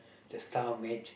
the star match